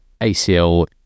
ACL